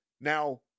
now